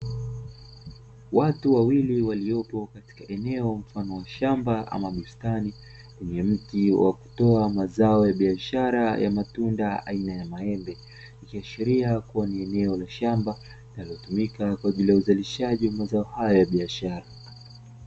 Watu wawili waliopo katika eneo mfano wa shamba ama bustani, wenye mti wa kutoa mazao ya biashara ya matunda aina ya maembe, ikiashiria kuwa ni eneo la shamba linalotumika kwa ajili ya uzalishaji wa mazao hayo ya biashara.